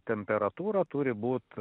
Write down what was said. temperatūra turi būt